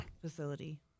facility